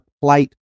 plate